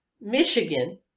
Michigan